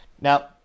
Now